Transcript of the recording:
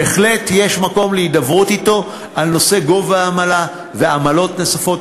בהחלט יש מקום להידברות אתו על נושא גובה העמלה ועמלות נוספות.